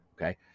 Okay